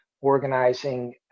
organizing